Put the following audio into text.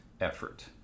effort